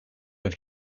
have